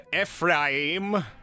Ephraim